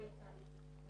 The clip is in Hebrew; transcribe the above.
אל"מ מנדלוביץ',